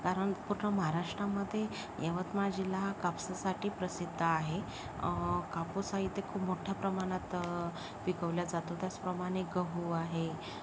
कारण पूर्ण महाराष्ट्रामध्ये यवतमाळ जिल्हा हा कापसासाठी प्रसिद्ध आहे कापूस हा इथे खूप मोठ्या प्रमाणात पिकवल्या जातो त्याचप्रमाणे गहू आहे